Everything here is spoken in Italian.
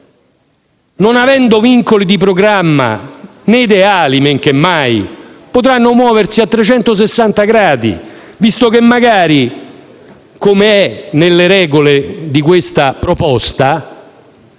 non avendo vincoli di programma, men che mai degli ideali, potranno muoversi a 360 gradi, visto che magari, come è nelle regole della proposta